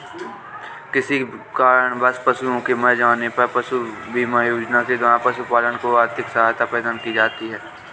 किसी कारणवश पशुओं के मर जाने पर पशुधन बीमा योजना के द्वारा पशुपालकों को आर्थिक सहायता प्रदान की जाती है